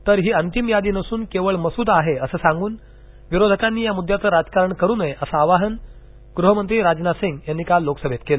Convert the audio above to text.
तर ही अंतिम यादी नसून केवळ मसुदा आहे असं सांगून विरोधकांनी या मुद्धाचं राजकारण करू नये असं आवाहन गृहमंत्री राजनाथ सिंह यांनी काल लोकसभेत केलं